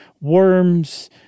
worms